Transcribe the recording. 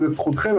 זה זכותכם,